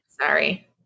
Sorry